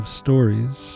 stories